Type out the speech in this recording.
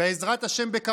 בעזרת השם,